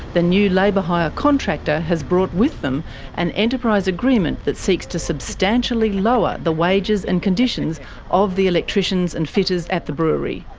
the new labour hire contractor has brought with them an enterprise agreement that seeks to substantially lower the wages and conditions of the electricians and fitters at the brewery.